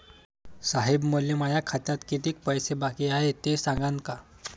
साहेब, मले माया खात्यात कितीक पैसे बाकी हाय, ते सांगान का?